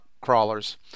crawlers